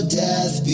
death